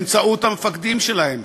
באמצעות המפקדים שלהם,